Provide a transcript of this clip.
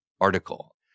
article